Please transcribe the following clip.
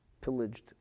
pillaged